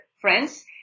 friends